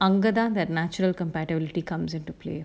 under that natural compatibility comes into play